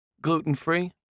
Gluten-free